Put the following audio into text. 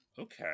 Okay